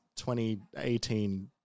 2018